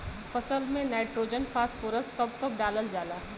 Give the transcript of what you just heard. फसल में nitrogen phosphorus कब कब डालल जाला?